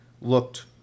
looked